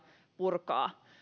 purkaa